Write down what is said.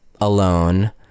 alone